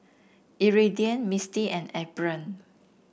Iridian Mistie and Ephram